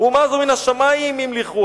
"אומה זו מן השמים המליכוה".